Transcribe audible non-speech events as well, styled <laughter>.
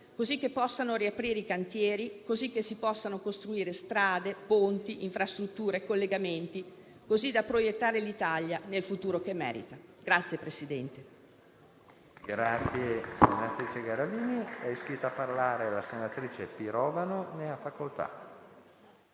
affinché possano riaprire i cantieri e si possano costruire strade, ponti, infrastrutture e collegamenti, in modo da proiettare l'Italia nel futuro che merita. <applause>